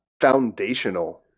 foundational